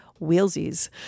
wheelsies